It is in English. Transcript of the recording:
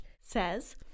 says